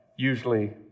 usually